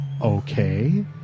okay